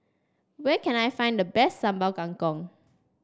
where can I find the best Sambal Kangkong